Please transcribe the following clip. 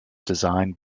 designed